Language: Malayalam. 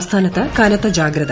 സംസ്ഥാനത്ത് കനത്ത ജാഗ്രത